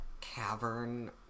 cavern